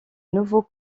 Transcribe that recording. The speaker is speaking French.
nouveaux